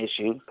issue